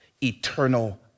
eternal